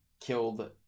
killed